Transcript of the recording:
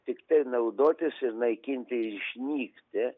tiktai naudotis ir naikinti ir išnykti